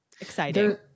exciting